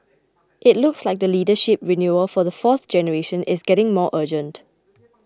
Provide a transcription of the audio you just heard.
it looks like the leadership renewal for the fourth generation is getting more urgent